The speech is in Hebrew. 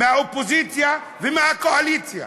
מהאופוזיציה ומהקואליציה,